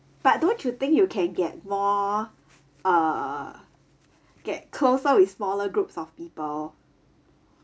but don't you think you can get more uh get closer with smaller groups of people